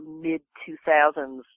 mid-2000s